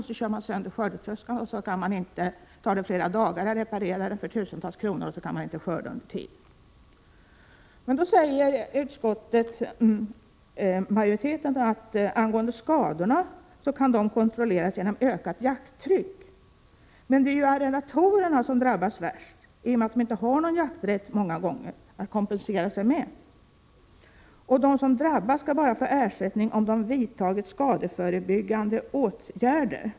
Så kör man sönder skördetröskan och det tar flera dagar att reparera den för tusentals kronor, och man kan inte skörda under tiden. Då säger utskottsmajoriteten att skadorna kan kontrolleras genom ökat jakttryck. Men det är ju arrendatorerna som drabbas värst, i och med att de många gånger inte har någon jakträtt att kompensera sig med. Och de som drabbas skall bara få ersättning om de vidtagit skadeförebyggande åtgärder.